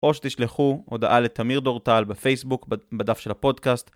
או שתשלחו הודעה לתמיר דורטל בפייסבוק בדף של הפודקאסט.